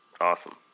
Awesome